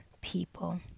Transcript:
people